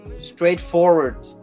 straightforward